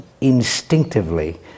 instinctively